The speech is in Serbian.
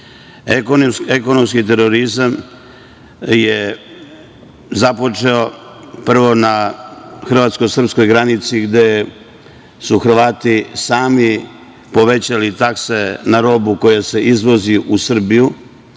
terorizam. Ekonomski terorizam je započeo prvo na hrvatsko-srpskoj granici, gde su Hrvati sami povećali takse na robu koja se izvozi iz Srbije